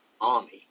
army